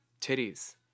titties